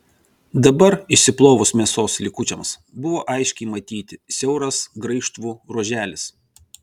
dabar išsiplovus mėsos likučiams buvo aiškiai matyti siauras graižtvų ruoželis